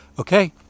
Okay